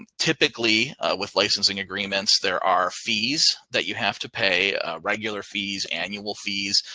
typically with licensing agreements, there are fees that you have to pay regular fees, annual fees,